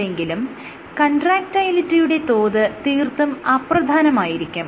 എങ്കിലും കൺട്രാക്ടയിലിറ്റിയുടെ തോത് തീർത്തും അപ്രധാനമായിരിക്കും